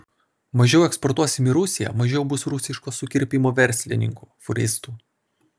mažiau eksportuosim į rusiją mažiau bus rusiško sukirpimo verslininkų fūristų